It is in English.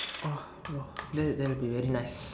!wah! that that'll be very nice